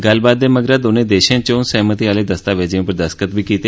गल्लबात दे मगरा दोनें देशें चौं सैहमति आहले दस्तावेजें उप्पर दस्तखत बी कीते